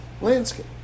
landscape